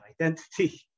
identity